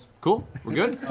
cool. we're good?